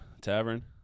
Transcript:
Tavern